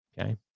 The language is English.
Okay